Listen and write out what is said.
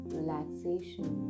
relaxation